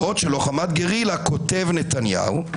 בעוד שלוחמת גרילה, כותב נתניהו,